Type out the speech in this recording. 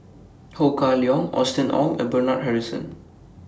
Ho Kah Leong Austen Ong and Bernard Harrison